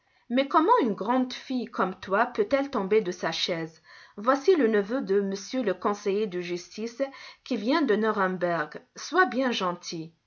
mais comment une grande fille comme toi peut-elle tomber de sa chaise voici le neveu de m le conseiller de justice qui vient de nuremberg sois bien gentille